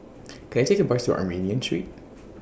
Can I Take A Bus to Armenian Street